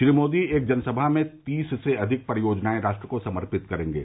श्री मोदी एक जनसभा में तीस से अधिक परियोजनाएं राष्ट्र को समर्पित करेंगे